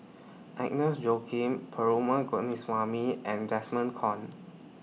Agnes Joaquim Perumal Govindaswamy and Desmond Kon